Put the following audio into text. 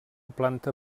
planta